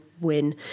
win